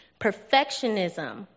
Perfectionism